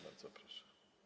Bardzo proszę.